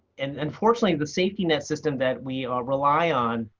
and unfortunately, the safety net system that we rely on,